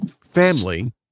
family